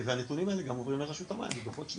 והנתונים גם עוברים לרשות המים בדוחות שלנו.